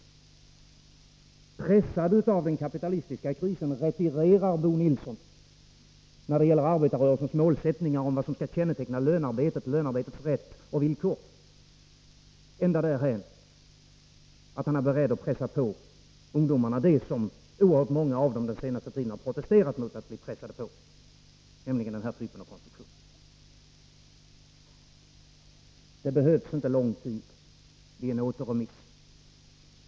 Pressad av den kapitalistiska krisen retirerar Bo Nilsson när det gäller arbetarrörelsens målsättningar i fråga om vad som skall känneteckna lönearbetet och dess rätt och villkor — ända dithän att han är beredd att tvinga på ungdomarna det som oerhört många av dem under den senaste tiden har protesterat mot att bli påtvingade, nämligen den här typen av konstruktioner. Det behövs inte någon lång tid för en återremiss.